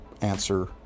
answer